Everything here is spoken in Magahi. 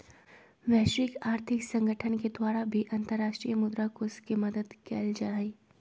वैश्विक आर्थिक संगठन के द्वारा भी अन्तर्राष्ट्रीय मुद्रा कोष के मदद कइल जाहई